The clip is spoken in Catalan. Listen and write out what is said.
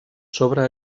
sobre